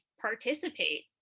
participate